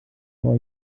auf